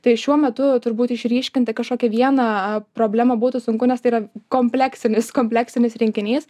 tai šiuo metu turbūt išryškinti kažkokią vieną problemą būtų sunku nes tai yra kompleksinis kompleksinis rinkinys